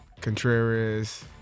Contreras